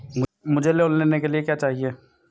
मुझे लोन लेने के लिए क्या चाहिए?